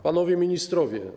Panowie Ministrowie!